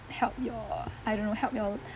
help your I don't know help you all